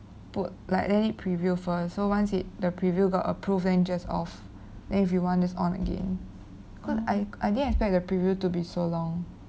put like let it preview first so once it the preview got approval and just off then everyone just on again cause I I didn't expect the preview to be so long